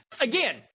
again